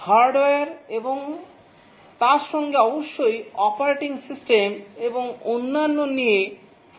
hardware এবং তার সঙ্গে অবশ্যই অপারেটিং সিস্টেম এবং অন্যান্য নিয়ে 45000